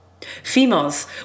Females